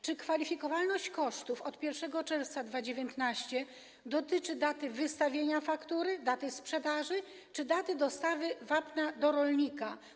Czy kwalifikowalność kosztów od 1 czerwca 2019 r. dotyczy daty wystawienia faktury, daty sprzedaży, czy daty dostawy wapna do rolnika?